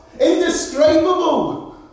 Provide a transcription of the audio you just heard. Indescribable